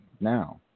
now